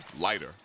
lighter